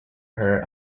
her